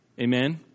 Amen